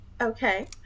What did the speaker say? okay